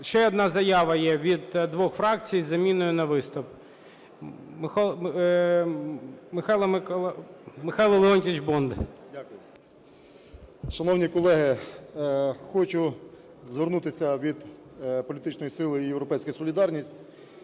Ще одна заява є від двох фракцій із заміною на виступ. Михайло Леонтійович Бондар. 16:40:35 БОНДАР М.Л. Дякую. Шановні колеги, хочу звернутися від політичної сили "Європейська солідарність"